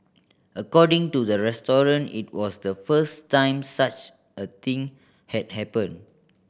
according to the restaurant it was the first time such a thing had happened